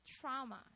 trauma